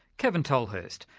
kevin tolhurst.